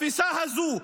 התפיסה הזו,